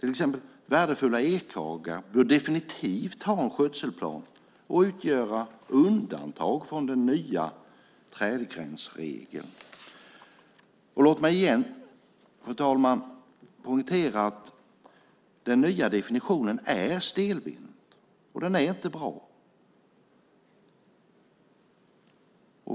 Värdefulla ekhagar bör till exempel definitivt ha en skötselplan och utgöra undantag från den nya trädgränsregeln. Låt mig igen, fru talman, poängtera att den nya definitionen är stelbent. Den är inte bra.